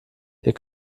ihr